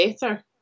better